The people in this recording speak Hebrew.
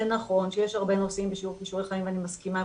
זה נכון שיש הרבה נושאים בשיעור כישורי חיים ואני מסכימה עם